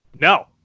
No